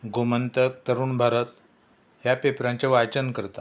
गोमंतक तरूण भारत ह्या पेपरांचें वाचन करता